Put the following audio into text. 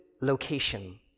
location